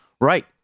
Right